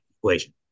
equation